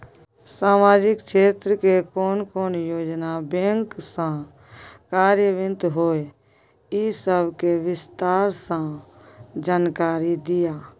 सामाजिक क्षेत्र के कोन कोन योजना बैंक स कार्यान्वित होय इ सब के विस्तार स जानकारी दिय?